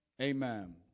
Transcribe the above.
Amen